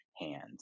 hands